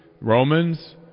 Romans